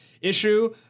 issue